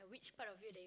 which part of you that you